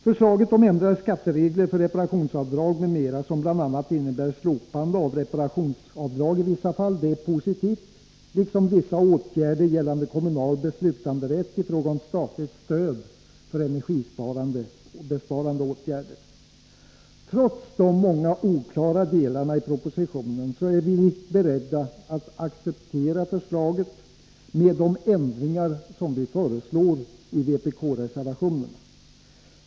Förslaget om ändrade skatteregler för reparationsavdrag m.m., som bl.a. innebär slopande av reparationsavdrag i vissa fall, är positivt liksom vissa åtgärder gällande kommunal beslutanderätt i fråga om statligt stöd för energibesparande åtgärder. Trots de många oklara delarna i propositionen är vi beredda att acceptera förslaget med de ändringar som vi föreslår i vpk-reservationerna.